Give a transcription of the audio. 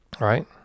right